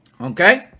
Okay